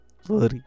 sorry